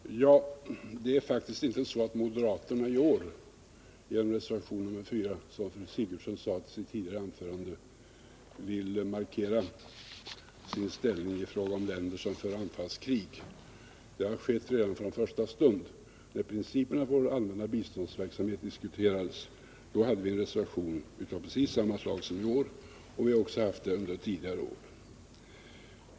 Herr talman! Det förhåller sig faktiskt inte så, att moderaterna i år i reservationen nr 4, som Gertrud Sigurdsen sade i sitt anförande, nu tar ett steg till och markerar sin ställning i fråga om länder som för anfallskrig. Det har skett redan från första stund. När principerna för Sveriges allmänna biståndsverksamhet diskuterades hade vi en reservation av precis samma slag som i år, och vi har också haft det under tidigare år.